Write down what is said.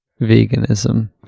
veganism